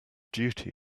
duty